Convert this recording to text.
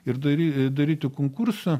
ir dary daryti konkursą